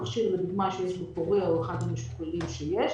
המכשיר שיש בפוריה, למשל, הוא אחד המשוכללים שיש.